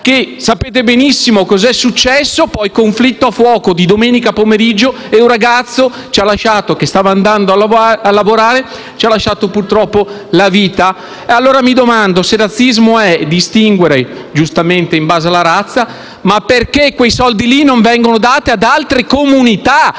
Sapete benissimo cosa è successo poi: conflitto a fuoco di domenica pomeriggio e un ragazzo che stava andando a lavorare ci ha lasciato purtroppo la vita. Allora, mi chiedo, se razzismo è giustamente distinguere in base alla razza, perché quei soldi non vengono dati ad altre comunità?